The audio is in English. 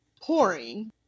pouring